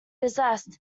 zest